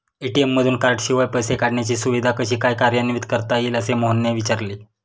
ATM मधून कार्डशिवाय पैसे काढण्याची सुविधा कशी काय कार्यान्वित करता येईल, असे मोहनने विचारले